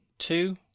Two